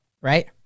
right